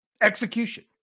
execution